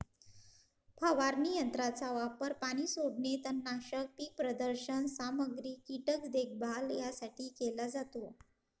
फवारणी यंत्राचा वापर पाणी सोडणे, तणनाशक, पीक प्रदर्शन सामग्री, कीटक देखभाल यासाठी केला जातो